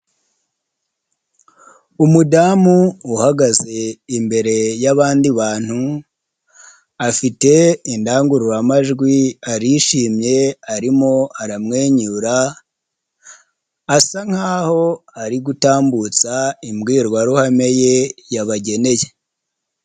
Umudamu uhagaze imbere y'abandi bantu afite indangururamajwi arishimye arimo aramwenyura asa nkaho ari gutambutsa imbwirwaruhame ye yabageneye.